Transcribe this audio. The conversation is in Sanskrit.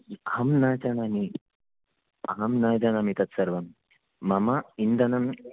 अहं न जानामि अहं न जानामि तत्सर्वम् मम इन्धनम्